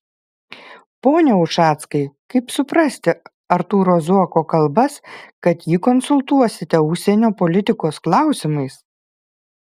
pone ušackai kaip suprasti artūro zuoko kalbas kad jį konsultuosite užsienio politikos klausimais